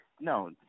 No